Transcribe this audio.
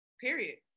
period